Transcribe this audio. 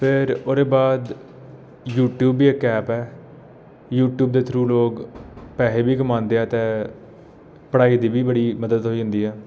फिर ओह्दे बाद यूट्यूब बी इक ऐप्प ऐ यूट्यूब दे थ्रू लोक पैसे बी कमांदे ते पढ़ाई दी बी बड़ी मदद होई जंदी ऐ